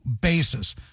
basis